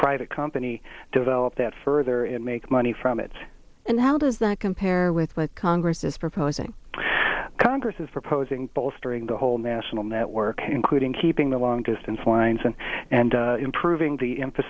private company develop that further and make money from it and how does that compare with what congress is proposing congress is proposing bolstering the whole national network including keeping the long distance lines and and improving the